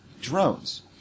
drones